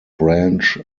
branch